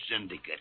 syndicate